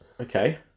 Okay